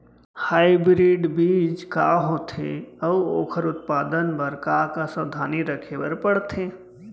Hybrid बीज का होथे अऊ ओखर उत्पादन बर का का सावधानी रखे बर परथे?